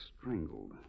strangled